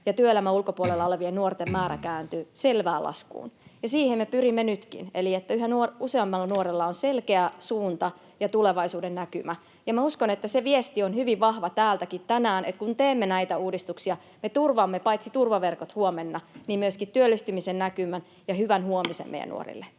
ja työelämän ulkopuolella olevien nuorten määrä kääntyi selvään laskuun, ja siihen me pyrimme nytkin eli siihen, että yhä useammalla nuorella on selkeä suunta ja tulevaisuudennäkymä. Uskon, että se viesti on hyvin vahva täältäkin tänään, että kun teemme näitä uudistuksia, me turvaamme paitsi turvaverkot huomenna myöskin työllistymisen näkymän ja hyvän huomisen meidän nuorille.